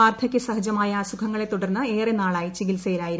വാർദ്ധകൃ സഹജമായ അസുഖങ്ങളെ തുടർന്ന് ഏറെ നാളായി ചികിത്സയിലായിരുന്നു